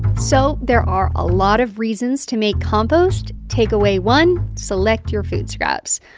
so there are a lot of reasons to make compost. takeaway one select your food scraps.